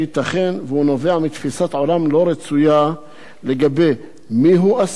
עולם לא רצויה לגבי מיהו אסיר ומהו אסיר.